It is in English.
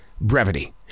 brevity